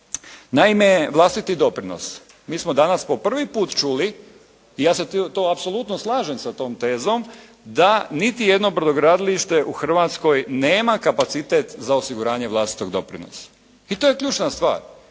Naime, vlastiti doprinos, mi smo danas po prvi put čuli i ja se to apsolutno slažem sa tom tezom, da niti jedno brodogradilište u Hrvatskoj nema kapacitet za osiguranje vlastitog doprinosa i to je ključna stvar.